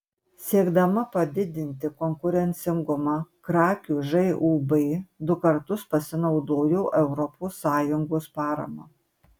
siekdama padidinti konkurencingumą krakių žūb du kartus pasinaudojo europos sąjungos parama